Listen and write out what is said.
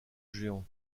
géant